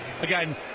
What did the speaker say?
again